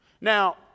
now